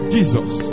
Jesus